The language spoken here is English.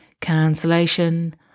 Cancellation